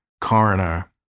coroner